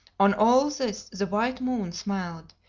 on all this the white moon smiled,